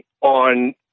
on